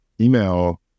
email